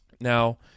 Now